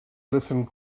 listened